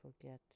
forget